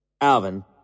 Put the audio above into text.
Alvin